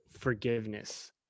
forgiveness